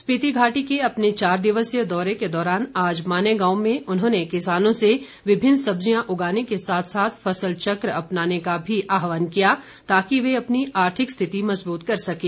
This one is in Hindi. स्पीति घाटी के अपने चार दिवसीय दौरे के दौरान आज माने गांव में उन्होंने किसानों से विभिन्न सब्जियां उगाने के साथ साथ फसल चक्र अपनाने का भी आहवान किया ताकि वे अपनी आर्थिक स्थिति मज़बूत कर सकें